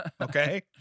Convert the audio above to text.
okay